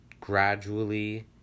gradually